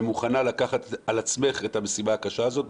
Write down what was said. שמוכנה לקחת על עצמך את המשימה הקשה הזאת.